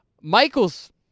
Michael's